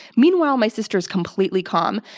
meanwhile my sister is completely calm,